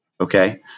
Okay